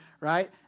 right